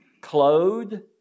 clothed